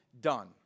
done